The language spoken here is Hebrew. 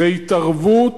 זו התערבות,